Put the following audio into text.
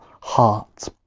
heart